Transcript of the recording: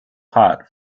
hot